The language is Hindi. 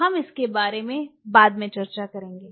हम इसके बारे में बाद में चर्चा करेंगे